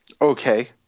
Okay